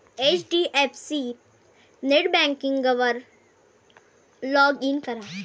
HDFC नेटबँकिंगवर log in करा